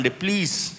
please